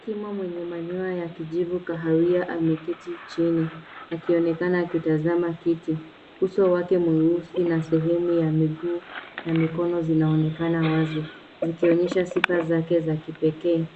Kima mwenye manyoya ya kijivu kahawia ameketi chini akionekana akitazama kiti, uso wake mweusi na sehemu ya miguu na mikono zinaonekana wazi zikionyesha sifa zake za kipekee.